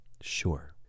sure